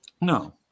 No